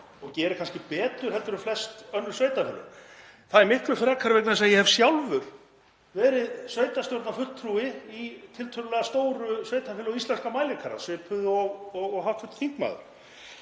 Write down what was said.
og gerir kannski betur en flest önnur sveitarfélög. Það er miklu frekar vegna þess að ég hef sjálfur verið sveitarstjórnarfulltrúi í tiltölulega stóru sveitarfélagi á íslenskan mælikvarða, svipað og hv. þingmaður,